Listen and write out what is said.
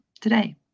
today